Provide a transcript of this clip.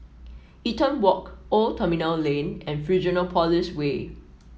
Eaton Walk Old Terminal Lane and Fusionopolis Way